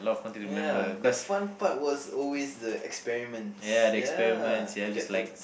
ya the fun part was always the experiments ya you get to